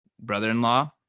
brother-in-law